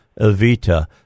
Evita